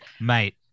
Mate